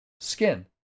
Skin